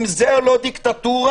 אם זו לא דיקטטורה,